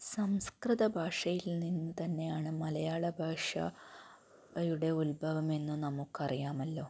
സംസ്കൃത ഭാഷയിൽ നിന്ന് തന്നെയാണ് മലയാള ഭാഷയുടെ ഉത്ഭവം എന്ന് നമുക്കറിയാമല്ലോ